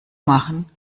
machen